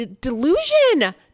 delusion